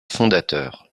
fondateurs